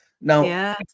Now